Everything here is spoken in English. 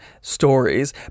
stories